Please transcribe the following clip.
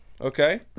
okay